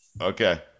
Okay